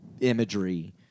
imagery